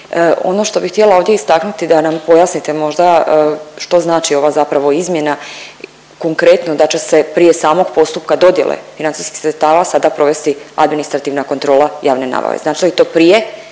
Ono što bih htjela ovdje istaknuti da nam pojasnite možda što znači ova zapravo izmjena konkretno da će se prije samog postupka dodjele financijskih sredstava sada provesti administrativna kontrola javne nabave, znači li to prije